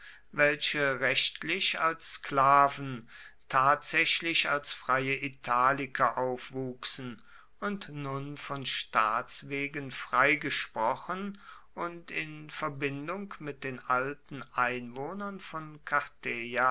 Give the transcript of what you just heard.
welche rechtlich als sklaven tatsächlich als freie italiker aufwuchsen und nun von staats wegen freigesprochen und in verbindung mit den alten einwohnern von